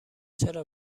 چرا